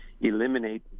eliminate